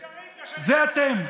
שקרים, זה אתם,